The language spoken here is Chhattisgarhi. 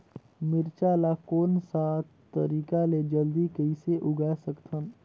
मिरचा ला कोन सा तरीका ले जल्दी कइसे उगाय सकथन?